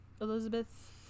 Elizabeth